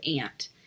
aunt